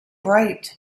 bright